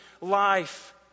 life